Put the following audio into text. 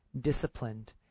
disciplined